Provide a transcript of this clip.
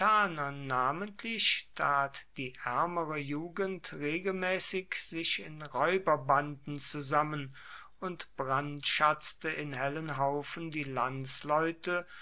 namentlich tat die ärmere jugend regelmäßig sich in räuberbanden zusammen und brandschatzte in hellen haufen die landsleute